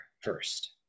first